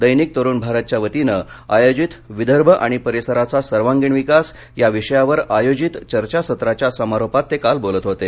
the Tarun Bharat वतीनं आयोजित विदर्भ आणि परिसराचा सर्वांगीण विकास या विषयावर आयोजित चर्चासत्राच्या समारोपात मुख्यमंत्री बोलत होते